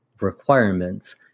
requirements